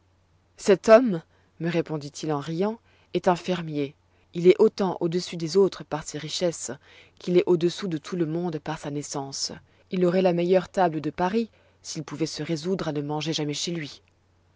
cet homme me répondit-il en riant est un fermier il est autant au-dessus des autres par ses richesses qu'il est au-dessous de tout le monde par sa naissance il aurait la meilleure table de paris s'il pouvait se résoudre à ne manger jamais chez lui